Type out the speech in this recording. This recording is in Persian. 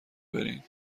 برین